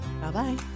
Bye-bye